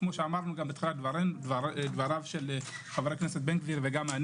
כמו שאמרנו בתחילה חבר הכנסת בן גביר ואני